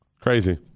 Crazy